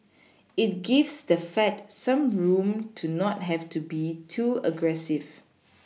it gives the fed some room to not have to be too aggressive